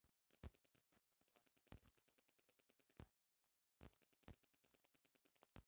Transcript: global warming के कारण पेड़ के कटाई आ प्रदूषण बावे